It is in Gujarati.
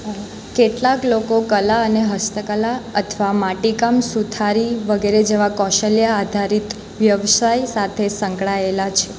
કેટલાક લોકો કલા અને હસ્ત કલા અથવા માટીકામ સુથારી વગેરે જેવા કૌશલ્ય આધારિત વ્યવસાય સાથે સંકળાયેલા છે